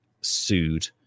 sued